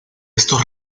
estos